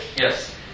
Yes